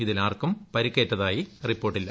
ഇതിൽ ആർക്കും പരിക്കേറ്റതായി റിപ്പോർട്ടില്ല